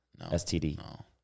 STD